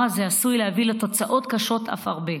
הזה עשוי להביא אף לתוצאות קשות בהרבה.